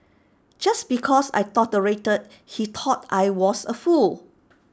just because I tolerated he thought I was A fool